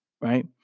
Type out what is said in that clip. right